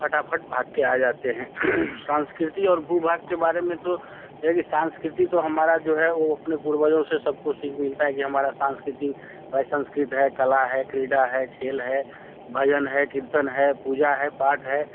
फटाफट भाग के आ जाते हैं संस्कृति और भू भाग के बारे में तो यदि संस्कृति तो हमारी जो है वो अपने पूर्वजो से सब को सीख मिलती है कि हमारी संस्कृति भाई संस्कृत है कला है क्रीडा है खेल है भजन है कीर्तन है पूजा है पाठ है